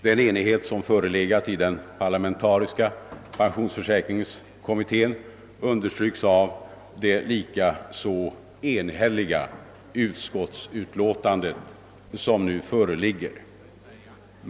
Den enighet som förelegat i den parlamentariska pensionsförsäkringskommittén understryks av det likaså enhälliga utskottsutlåtande, som nu föreligger.